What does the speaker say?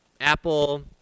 Apple